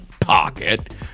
Pocket